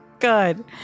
Good